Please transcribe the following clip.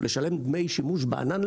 לשלם דמי שימוש בענן,